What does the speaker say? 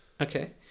Okay